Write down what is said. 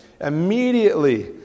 immediately